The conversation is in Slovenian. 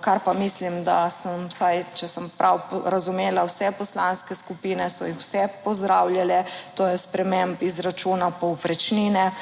kar pa mislim, da sem, vsaj če sem prav razumela, vse poslanske skupine, so jih vse pozdravljale, to je sprememb izračuna povprečnine.